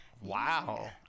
Wow